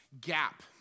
gap